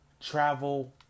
travel